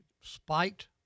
spiked